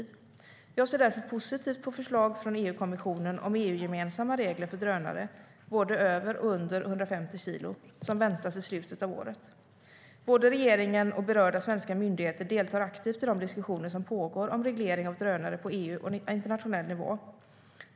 Jag ser därför positivt på förslag från EU-kommissionen om EU-gemensamma regler för drönare både över och under 150 kilo, som väntas i slutet av året. Både regeringen och berörda svenska myndigheter deltar aktivt i de diskussioner som pågår om reglering av drönare på EU-nivå och internationell nivå.